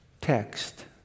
Text